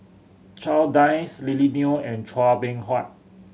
Charles Dyce Lily Neo and Chua Beng Huat